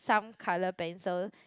some colour pencils